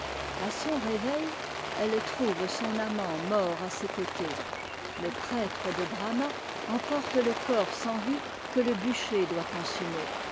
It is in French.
a son réveil elle trouve son amant mort à ses cotés les prêtres de brama emportent le corps sans vie que le bûcher doit consumer